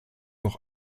noch